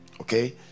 okay